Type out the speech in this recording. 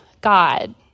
God